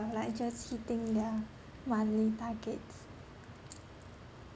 or like just hitting their monthly targets